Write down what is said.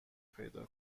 پیدا